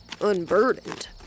unburdened